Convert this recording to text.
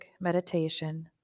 meditation